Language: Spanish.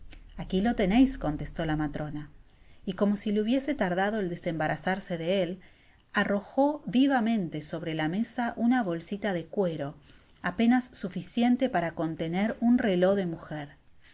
aqui lo teneis contestó la matrona y como si le hubiese tardado el desembarazarse de él arrojo vivamente sobre la mesa una bolsita de cuero apenas suficiente para contener un reló de mujer